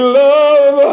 love